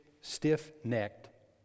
stiff-necked